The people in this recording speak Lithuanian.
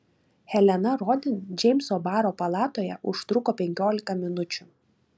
helena rodin džeimso baro palatoje užtruko penkiolika minučių